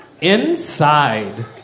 Inside